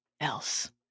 else